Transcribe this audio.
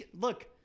Look